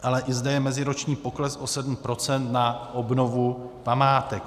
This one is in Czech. Ale i zde je meziroční pokles o 7 % na obnovu památek.